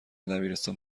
دبیرستان